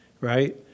Right